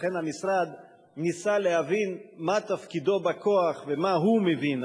לכן המשרד ניסה להבין מה תפקידו בכוח ומה הוא מבין,